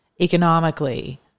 economically